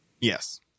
yes